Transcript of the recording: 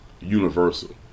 universal